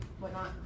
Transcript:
whatnot